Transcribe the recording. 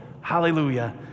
hallelujah